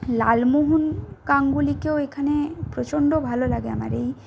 লালমোহন গাঙ্গুলিকেও এখানে প্রচণ্ড ভালো লাগে আমার এই